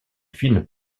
fines